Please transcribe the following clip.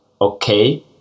okay